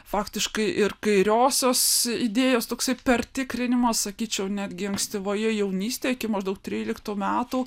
faktiškai ir kairiosios idėjos toksai pertikrinimas sakyčiau netgi ankstyvoje jaunystėje iki maždaug tryliktų metų